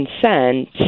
consent